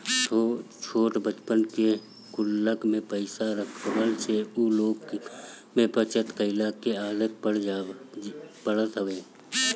छोट बच्चन के गुल्लक में पईसा रखवला से उ लोग में बचत कइला के आदत पड़त हवे